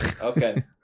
Okay